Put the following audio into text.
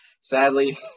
sadly